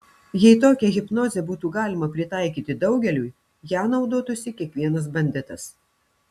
jei tokią hipnozę būtų galima pritaikyti daugeliui ja naudotųsi kiekvienas banditas